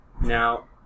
Now